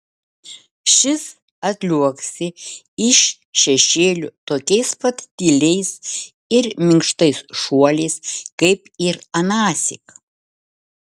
šis atliuoksi iš šešėlių tokiais pat tyliais ir minkštais šuoliais kaip ir anąsyk